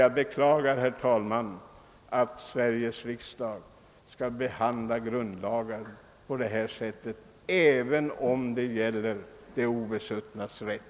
Jag beklagar, herr talman, att Sveriges riksdag skall behandla grundlagar på detta sätt, även om det gäller de obesuttnas rätt.